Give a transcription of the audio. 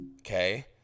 Okay